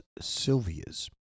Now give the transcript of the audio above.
Sylvia's